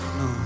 no